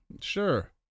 sure